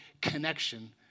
connection